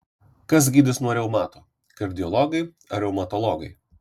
kas gydys nuo reumato kardiologai ar reumatologai